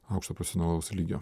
aukšto profesionalaus lygio